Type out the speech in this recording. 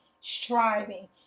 striving